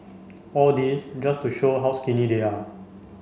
all this just to show how skinny they are